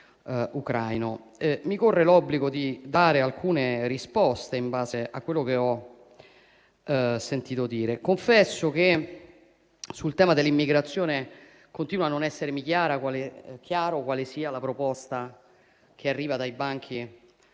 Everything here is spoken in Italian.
Mi corre l'obbligo di dare alcune risposte in base a quello che ho sentito dire. Confesso che sul tema dell'immigrazione continua a non essermi chiaro quale sia la proposta che arriva dai banchi